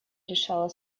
решала